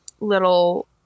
little